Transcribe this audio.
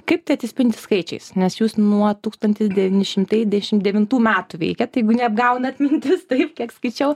kaip tai atsispindi skaičiais nes jūs nuo tūkstantis devyni šimtai dešim devintų metų veikiat tai jeigu neapgauna atmintis taip kiek skaičiau